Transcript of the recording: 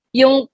yung